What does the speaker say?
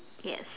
yes